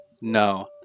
no